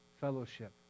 fellowship